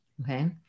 okay